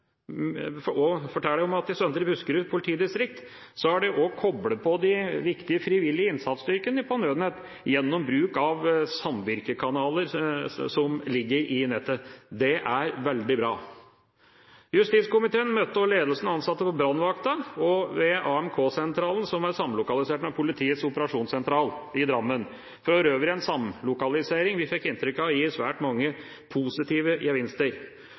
at i Søndre Buskerud politidistrikt har man koblet på de viktige frivillige innsatsstyrkene på Nødnett gjennom bruk av samvirkekanaler som ligger i nettet. Det er veldig bra. Justiskomiteen møtte også ledelse og ansatte ved brannvakta og ved AMK-sentralen, som er samlokalisert med politiets operasjonssentral i Drammen – for øvrig en samlokalisering vi fikk inntrykk av gir svært mange positive